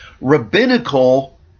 rabbinical